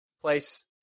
place